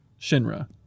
Shinra